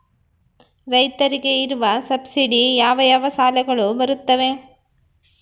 ರೈತರಿಗೆ ಇರುವ ಸಬ್ಸಿಡಿ ಯಾವ ಯಾವ ಸಾಲಗಳು ಬರುತ್ತವೆ?